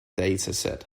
dataset